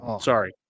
Sorry